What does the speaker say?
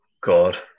god